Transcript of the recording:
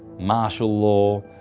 martial law,